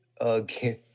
again